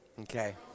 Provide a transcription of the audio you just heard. Okay